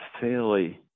fairly